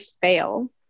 fail